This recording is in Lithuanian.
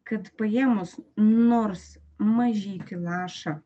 kad paėmus nors mažytį lašą